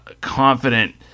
confident